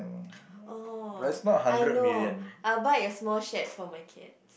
orh I know I will buy a small shed for my cats